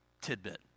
tidbit